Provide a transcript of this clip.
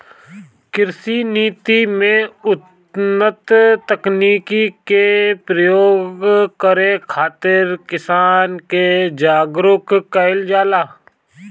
कृषि नीति में उन्नत तकनीकी के प्रयोग करे खातिर किसान के जागरूक कईल जाला